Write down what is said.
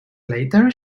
later